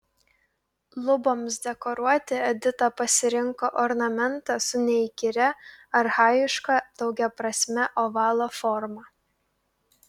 luboms dekoruoti edita pasirinko ornamentą su neįkyria archajiška daugiaprasme ovalo forma